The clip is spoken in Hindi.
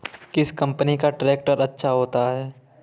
किस कंपनी का ट्रैक्टर अच्छा होता है?